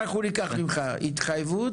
אנחנו ניקח ממך התחייבות.